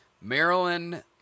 Maryland